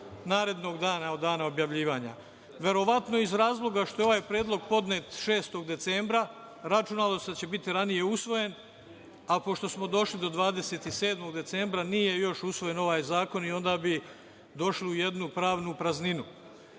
narednog dana od dana objavljivanja. Verovatno iz razloga što je ovaj predlog podnet 6. decembra, računalo se da će biti ranije usvojen, a pošto smo došli do 27. decembra, nije još usvojen ovaj zakon, i onda bi došli u jednu pravnu prazninu.I